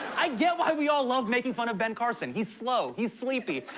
i get why we all love making fun of ben carson. he's slow, he's sleepy.